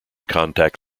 contact